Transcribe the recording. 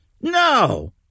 No